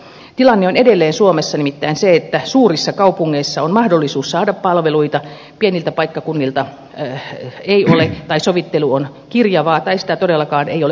tilanne on edelleen suomessa nimittäin se että suurissa kaupungeissa on mahdollisuus saada palveluita pienillä paikkakunnilla ei ole tai sovittelu on kirjavaa tai sitä todellakaan ei ole ollenkaan